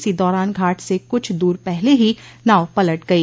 इसी दौरान घाट से कुछ दूर पहले ही नाव पलट गई